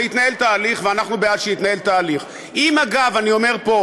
תראה, את חנין זועבי לא עצרת, אדוני היושב-ראש.